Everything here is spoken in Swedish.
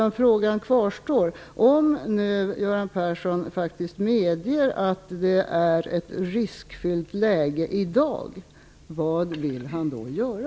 Frågan kvarstår. Om Göran Persson faktiskt medger att läget är riskfyllt i dag vill jag veta vad han vill göra.